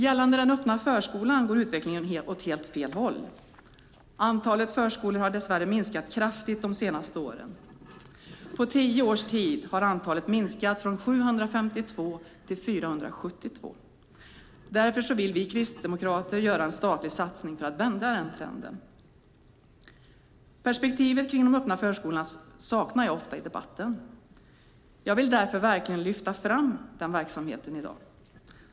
Gällande den öppna förskolan går utvecklingen åt helt fel håll. Antalet öppna förskolor har dess värre minskat kraftigt de senaste åren. På tio års tid har antalet minskat från 752 till 472. Därför vill vi kristdemokrater göra en statlig satsning för att vända trenden. Perspektivet kring de öppna förskolorna saknar jag ofta i debatten. Jag vill därför verkligen lyfta fram den verksamheten i dag.